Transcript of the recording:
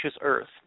earth